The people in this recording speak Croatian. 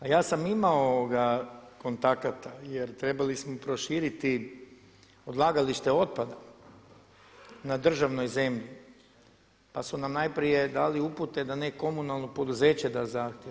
A ja sam imao kontakata, jer trebali smo proširiti odlagalište otpada na državnoj zemlji pa su nam najprije dali upute da neka komunalno poduzeće da zahtjev.